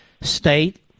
state